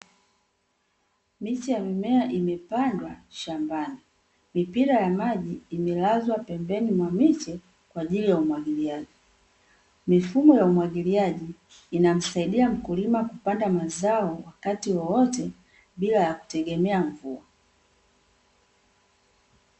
Miche ya mimea imepandwa shambani. Mipira ya maji imelazwa pembeni ya miche kwa ajili ya umwagiliaji. Mifumo ya umwagiliaji inamsaidia mkulima kupanda mazao wakati wowote bila ya kutegemea mvua.